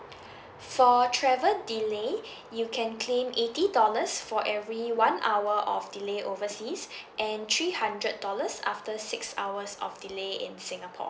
for travel delay you can claim eighty dollars for every one hour of delay overseas and three hundred dollars after six hours of delay in singapore